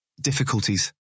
difficulties